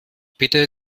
bitte